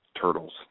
turtles